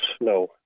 no